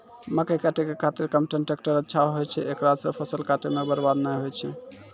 मकई काटै के खातिर कम्पेन टेकटर अच्छा होय छै ऐकरा से फसल काटै मे बरवाद नैय होय छै?